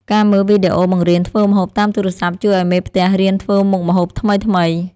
ការមើលវីដេអូបង្រៀនធ្វើម្ហូបតាមទូរស័ព្ទ ជួយឱ្យមេផ្ទះរៀនធ្វើមុខម្ហូបថ្មីៗ។